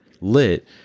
lit